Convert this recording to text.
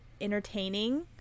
entertaining